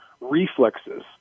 reflexes